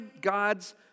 God's